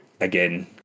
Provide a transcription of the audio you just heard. again